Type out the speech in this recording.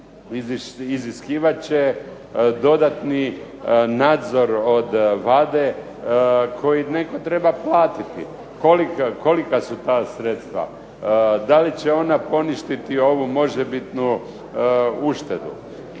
iziskivat će dodatni nadzor od Vlade koji netko treba platiti. Kolika su ta sredstva, da li će ona poništiti ovu možebitnu uštedu.